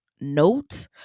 note